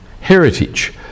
heritage